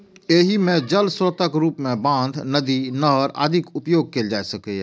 एहि मे जल स्रोतक रूप मे बांध, नदी, नहर आदिक उपयोग कैल जा सकैए